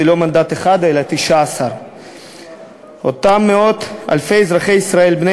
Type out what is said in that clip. זה לא מנדט אחד אלא 19. אותם מאות אלפי אזרחי ישראל בני